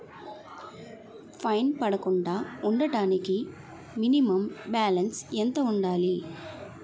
Fine పడకుండా ఉండటానికి minimum balance ఎంత ఉండాలి?